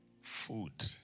Food